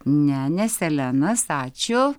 ne ne selenas ačiū